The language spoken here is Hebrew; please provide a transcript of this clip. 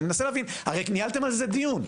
הרי ניהלתם על זה דיון.